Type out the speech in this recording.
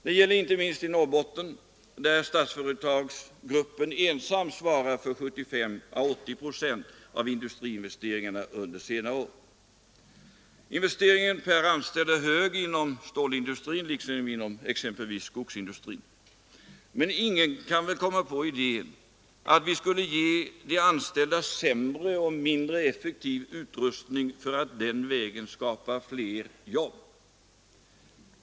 Det gäller inte minst i Norrbotten, där Statsföretagsgruppen ensam svarat för 75 å 80 procent av investeringarna under senare år. Investeringen per anställd är hög inom stålindustrin liksom inom exempelvis skogsindustrin. Men ingen kan väl komma på idén att vi skulle ge de anställda sämre och mindre effektiv utrustning för att den vägen skapa fler jobb!